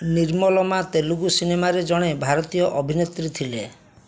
ନିର୍ମଲମା ତେଲୁଗୁ ସିନେମାରେ ଜଣେ ଭାରତୀୟ ଅଭିନେତ୍ରୀ ଥିଲେ